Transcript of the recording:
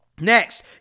Next